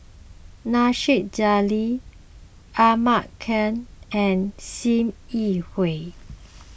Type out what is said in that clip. Nasir Jalil Ahmad Khan and Sim Yi Hui